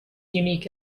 unique